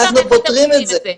אנחנו פותרים את זה.